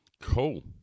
Cool